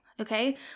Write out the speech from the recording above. Okay